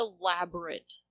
elaborate